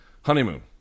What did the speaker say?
honeymoon